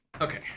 Okay